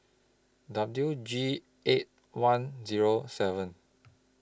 W G eight one Zero seven